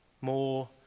More